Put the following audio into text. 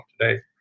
today